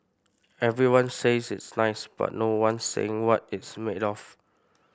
everyone says it's nice but no one's saying what it's made of